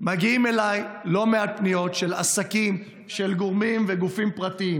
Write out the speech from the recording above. מגיעות אליי לא מעט פניות של עסקים של גורמים וגופים פרטיים